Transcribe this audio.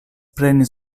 preni